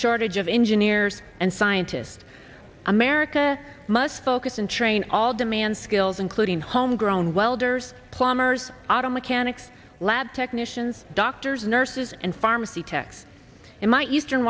shortage of engineers and scientists america must focus and train all demand skills including homegrown welders plumbers auto mechanics lab technicians doctors nurses and pharmacy techs in my eastern